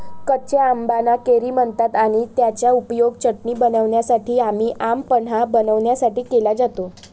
कच्या आंबाना कैरी म्हणतात आणि त्याचा उपयोग चटणी बनवण्यासाठी आणी आम पन्हा बनवण्यासाठी केला जातो